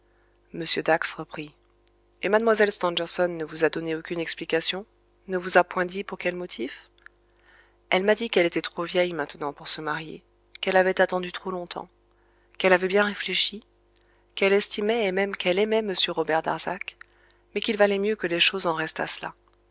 dax reprit et mlle stangerson ne vous a donné aucune explication ne vous a point dit pour quel motif elle m'a dit qu'elle était trop vieille maintenant pour se marier qu'elle avait attendu trop longtemps qu'elle avait bien réfléchi qu'elle estimait et même qu'elle aimait m robert darzac mais qu'il valait mieux que les choses en restassent là